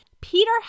Peter